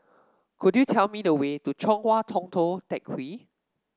could you tell me the way to Chong Hua Tong Tou Teck Hwee